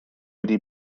wedi